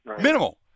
Minimal